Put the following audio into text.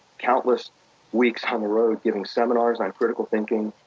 countless weeks on the road, giving seminars on critical thinking,